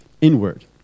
inward